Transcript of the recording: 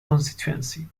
constituency